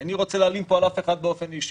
אינני רוצה להלין פה על אף אחד באופן אישי,